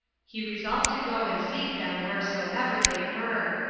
he resolved to go and seek them wheresoever they were.